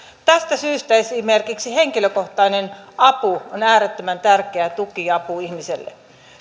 tästä syystä esimerkiksi henkilökohtainen apu on äärettömän tärkeä tukiapu ihmiselle